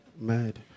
mad